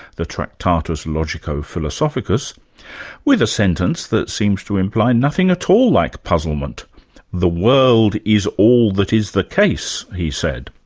the tractatus logico philosophicus with a sentence that seems to imply nothing ah at all like puzzlement the world is all that is the case he said.